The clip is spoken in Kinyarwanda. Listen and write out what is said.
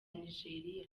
nigeria